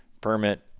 permit